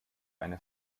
eine